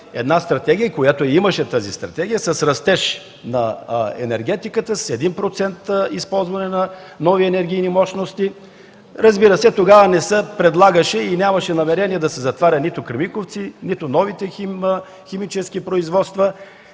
една стратегия, която я имаше, с растеж на енергетиката, с 1% използване на нови енергийни мощности. Разбира се, тогава не се предлагаше и нямаше намерение да се затваря нито „Кремиковци”, нито новите химически производства,